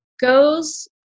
goes